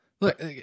Look